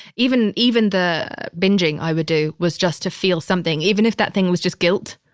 even, even the bingeing i would do was just to feel something, even if that thing was just guilt.